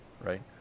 right